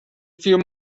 few